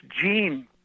gene